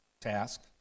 task